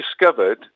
discovered